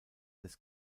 des